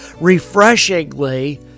refreshingly